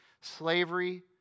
slavery